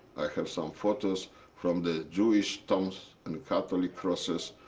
have some photos from the jewish tombs and catholic crosses.